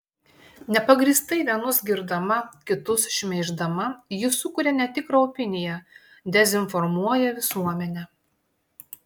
nepagrįstai vienus girdama kitus šmeiždama ji sukuria netikrą opiniją dezinformuoja visuomenę